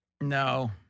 No